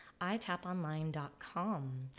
itaponline.com